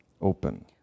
open